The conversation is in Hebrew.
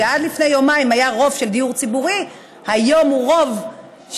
שעד לפני יומיים היה בהם רוב של דיור ציבורי והיום יש רוב של